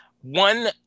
One